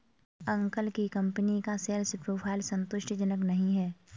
uncle की company का sales profile संतुष्टिजनक नही है